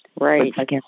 Right